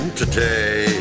today